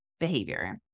behavior